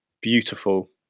beautiful